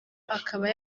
akaba